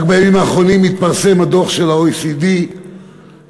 רק בימים האחרונים התפרסם הדוח של ה-OECD לגבי